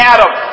Adam